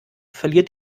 verliert